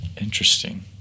Interesting